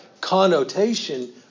connotation